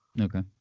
Okay